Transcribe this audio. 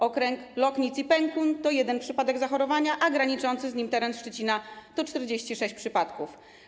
Okręg Löcknitz-Penkun to jeden przypadek zachorowania, a graniczący z nim teren Szczecina to 46 przypadków.